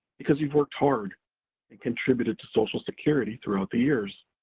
because you've worked hard and contributed to social security throughout the years.